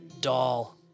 doll